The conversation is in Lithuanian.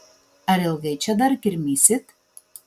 ar ilgai čia dar kirmysit